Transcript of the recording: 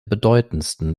bedeutendste